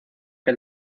que